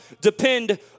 depend